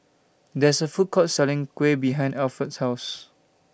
There IS A Food Court Selling Kuih behind Alford's House